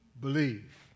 believe